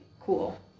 cool